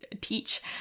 teach